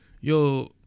yo